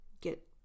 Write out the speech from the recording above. get